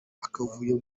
akavuyo